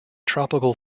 tropical